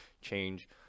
change